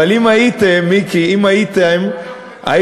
אבל אם הייתם, מיקי, אם הייתם, אנחנו מטפלים בזה.